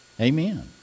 Amen